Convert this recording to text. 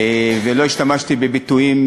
ולא השתמשתי בביטויים,